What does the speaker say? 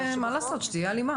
שתהיה הלימה.